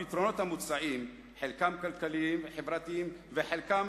הפתרונות המוצעים, חלקם כלכליים-חברתיים וחלקם